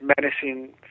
menacing